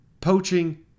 poaching